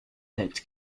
that